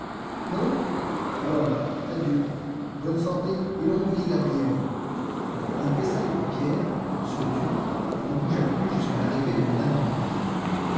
non alors adieu bonne santé et longue vie gabriel il baissa les paupières se tut et ne bougea plus jusqu'à l'arrivée de m